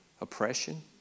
oppression